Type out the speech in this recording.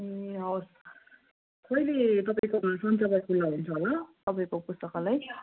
ए हवस् कहिले तपाईँको सन्चबार खुल्ला हुन्छ होला तपाईँको पुस्तकालय